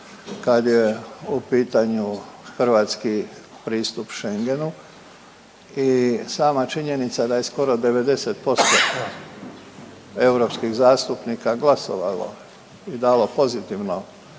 kad je u pitanju hrvatski pristup Schengenu i sama činjenica da je skoro 90% europskih zastupnika glasovalo i dalo pozitivno